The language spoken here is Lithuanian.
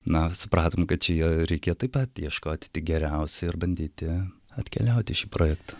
na supratom kad čia ja reikia taip pat ieškot tik geriausių ir bandyti atkeliaut į šį projektą